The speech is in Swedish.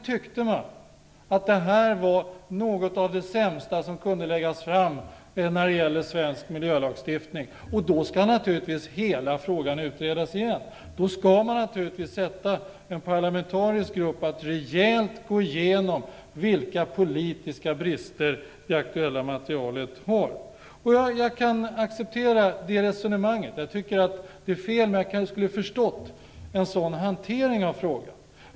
Tycker man att detta var något av det sämsta som kunde läggas fram när det gäller svensk miljölagstiftning, skall naturligtvis hela frågan utredas igen. Då skall man naturligtvis tillsätta en parlamentarisk grupp att rejält gå igenom vilka politiska brister det aktuella materialet har. Jag kan acceptera ett sådant resonemang. Jag tycker att det är felaktigt, men jag skulle ha förstått en sådan hantering av frågan.